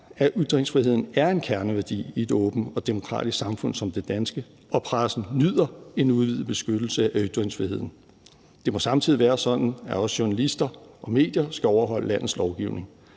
at ytringsfriheden er en kerneværdi i et åbent og demokratisk samfund som det danske og pressen nyder en udvidet beskyttelse af ytringsfriheden. Det må samtidig være sådan, at også journalister og medier skal overholde landets lovgivning.